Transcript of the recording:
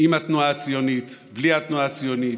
עם התנועה הציונית, בלי התנועה הציונית,